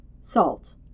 Salt